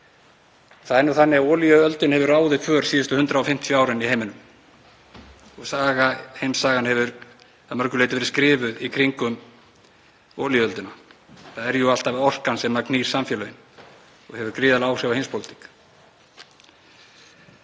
Það er nú þannig að olíuöldin hefur ráðið för síðustu 150 árin í heiminum. Heimssagan hefur að mörgu leyti verið skrifuð í kringum olíuöldina. Það er jú alltaf orkan sem knýr samfélögin og hefur gríðarleg áhrif á heimspólitík.